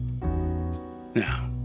Now